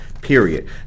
period